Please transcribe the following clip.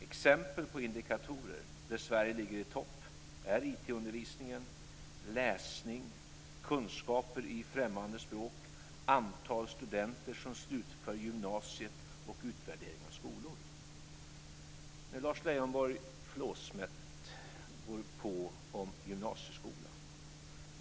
Exempel på indikatorer där Sverige ligger i topp är IT-undervisning, läsning, kunskaper i främmande språk, antal studenter som slutför gymnasiet och utvärdering av skolor. Lars Leijonborg går flåsmätt på om gymnasieskolan.